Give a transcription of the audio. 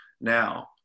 now